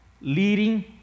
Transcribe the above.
Leading